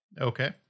Okay